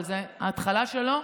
אבל זו ההתחלה שלו.